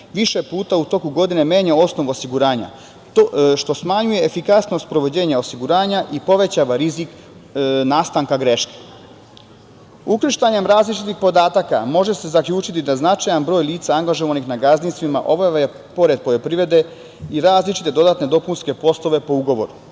više puta u toku godine menja osnov osiguranja, što smanjuje efikasnost sprovođenja osiguranja i povećava rizik nastanka greške. Ukrštanjem različitih podataka može se zaključiti da značajan broj lica angažovanih na gazdinstvima obavlja pored poljoprivrede i različite dodatne dopunske poslove po ugovoru.